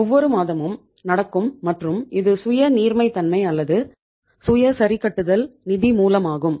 ஒவ்வொரு மாதமும் நடக்கும் மற்றும் இது சுய நீர்மை தன்மை அல்லது சுய சரிகட்டுதல் நிதி மூலமாகும்